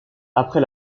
après